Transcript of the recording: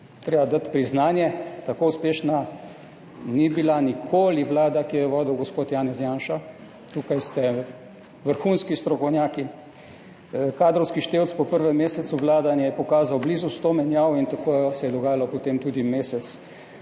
je dati priznanje, tako uspešna ni bila nikoli vlada, ki jo je vodil gospod Janez Janša. Tukaj ste vrhunski strokovnjaki. Kadrovski števec je po prvem mesecu vladanja pokazal blizu 100 menjav in tako se je dogajalo potem tudi mesec